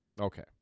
Okay